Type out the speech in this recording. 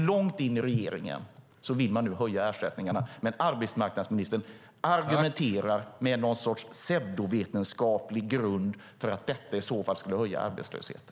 Långt in i regeringen vill man höja ersättningarna, men finansministern argumenterar på pseudovetenskaplig grund för att det skulle höja arbetslösheten.